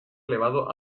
elevado